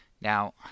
now